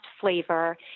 flavor